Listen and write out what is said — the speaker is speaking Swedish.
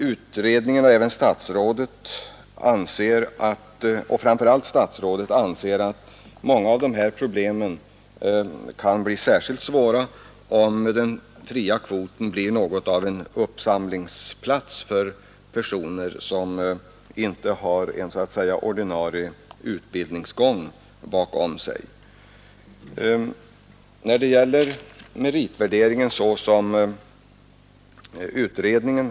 Utredningen och framför allt statsrådet anser att många av de här problemen kan bli särskilt svåra, om den fria kvoten blir något av en uppsamlingsplats för personer som inte har en så att säga ordinarie utbildningsgång bakom sig.